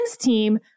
team